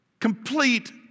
complete